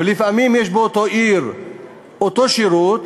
ולפעמים יש באותה עיר אותו שירות,